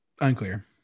Unclear